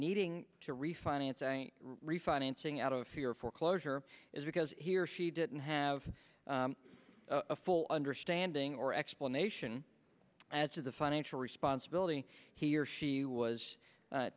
needing to refinance and refinancing out of fear foreclosure is because here she didn't have a full understanding or explanation as to the financial responsibility he or she was